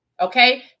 okay